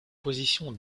position